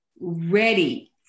Ready